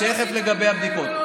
תכף לגבי הבדיקות.